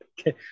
Okay